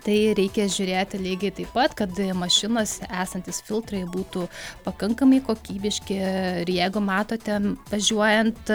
tai reikia žiūrėti lygiai taip pat kad mašinose esantys filtrai būtų pakankamai kokybiški ir jeigu matote važiuojant